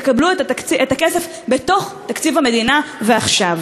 יקבלו את הכסף בתוך תקציב המדינה ועכשיו.